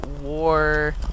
war